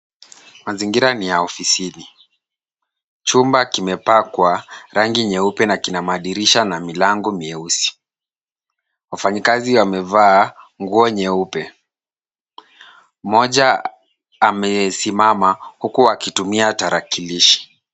Mazingira ni ya ofisini. Chumba kimepakwa rangi nyeupe na kina madirisha na milango meusi. Wafanyikazi wamevaa nguo nyeupe. Mmoja amesimama huku akitumia tarakilishi.